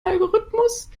algorithmus